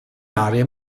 aree